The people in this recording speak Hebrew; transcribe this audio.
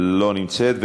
לא נמצאת.